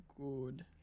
good